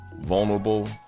vulnerable